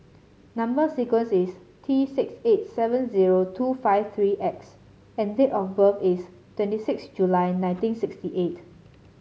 number sequence is T six eight seven zero two five three X and date of birth is twenty six July nineteen sixty eight